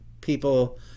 People